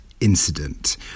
incident